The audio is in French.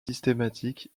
systématique